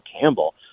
Campbell